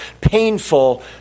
painful